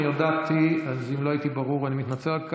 אני הודעתי, ואם לא הייתי ברור אני מתנצל על כך.